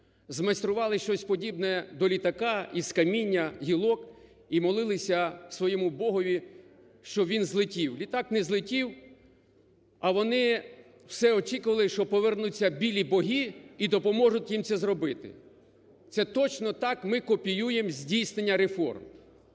змайстрували щось подібне до літака із каміння, гілок і молилися своєму богові, щоб він злетів. Літак не злетів, а вони все очікували, що повернуться "білі боги" і допоможуть їм це зробити. Це точно так ми копіюємо здійснення реформ.